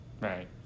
Right